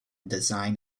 design